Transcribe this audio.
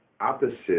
opposite